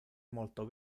molto